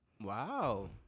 Wow